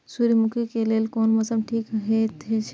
सूर्यमुखी के लेल कोन मौसम ठीक हे छे?